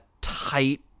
tight